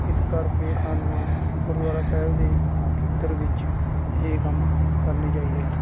ਇਸ ਕਰਕੇ ਸਾਨੂੰ ਗੁਰਦੁਆਰਾ ਸਾਹਿਬ ਦੇ ਖੇਤਰ ਵਿੱਚ ਇਹ ਕੰਮ ਕਰਨੇ ਚਾਹੀਦੇ ਹਨ